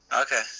Okay